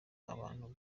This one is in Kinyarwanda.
abantu